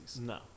No